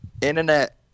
internet